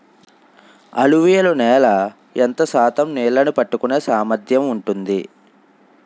అలువియలు నేల ఎంత శాతం నీళ్ళని పట్టుకొనే సామర్థ్యం ఉంటుంది?